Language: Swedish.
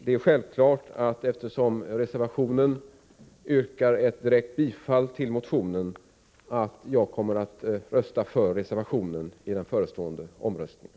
Eftersom man i reservationen direkt yrkar bifall till motionen, är det klart att jag i den förestående omröstningen kommer att rösta för reservationen.